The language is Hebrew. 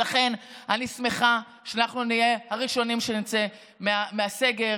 לכן אני שמחה שאנחנו נהיה הראשונים שנצא מהסגר,